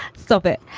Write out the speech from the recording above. stop it.